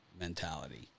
mentality